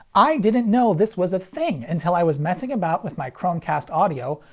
i didn't know this was a thing until i was messing about with my chromecast audio,